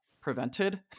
prevented